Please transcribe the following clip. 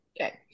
okay